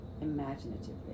Imaginatively